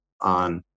on